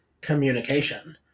communication